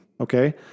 okay